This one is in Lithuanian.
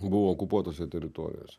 buvo okupuotose teritorijose